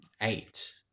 eight